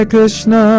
Krishna